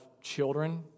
children